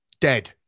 Dead